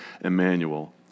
Emmanuel